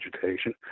vegetation